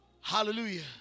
Hallelujah